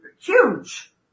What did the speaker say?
huge